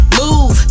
move